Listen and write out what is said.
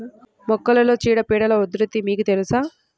మొక్కలలో చీడపీడల ఉధృతి మీకు తెలుసా?